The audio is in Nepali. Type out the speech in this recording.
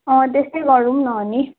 अँ त्यस्तै गरौँ न अनि